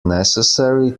necessary